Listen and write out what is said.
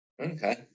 okay